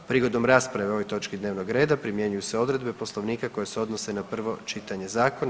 Prigodom rasprave o ovoj točki dnevnog reda primjenjuju se odredbe Poslovnika koje se odnose na prvo čitanje zakona.